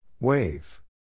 Wave